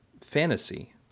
fantasy